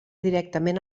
directament